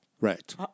Right